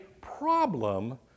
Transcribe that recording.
problem